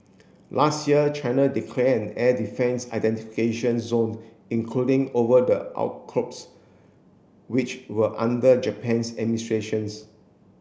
last year China declare an air defence identification zone including over the outcrops which were under Japan's administrations